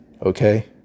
Okay